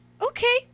Okay